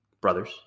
brothers